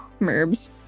Merbs